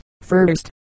first